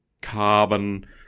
carbon